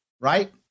right